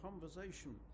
conversation